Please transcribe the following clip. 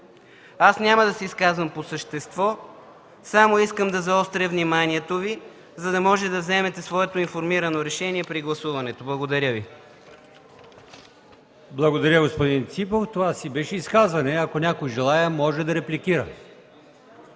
Няма да се изказвам по същество, само искам да заостря вниманието Ви, за да може да вземете своето информирано решение при гласуването. Благодаря Ви. ПРЕДСЕДАТЕЛ АЛИОСМАН ИМАМОВ: Благодаря, господин Ципов. Това беше изказване, ако някой желае, може да репликира.